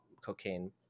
cocaine